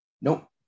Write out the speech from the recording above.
Nope